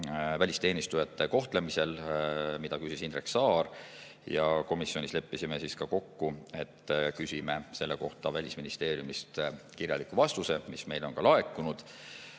välisteenistujate kohtlemisel. Seda küsis Indrek Saar. Ja komisjonis leppisime kokku, et küsime selle kohta Välisministeeriumist kirjaliku vastuse, mis meile on ka laekunud.